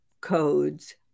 codes